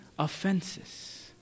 Offenses